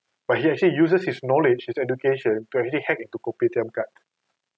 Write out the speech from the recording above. but he actually uses his knowledge his education to actually hack into Kopitiam card